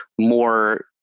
more